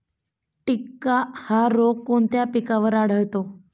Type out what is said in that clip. टिक्का हा रोग कोणत्या पिकावर आढळतो?